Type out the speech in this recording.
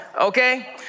okay